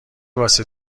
واسه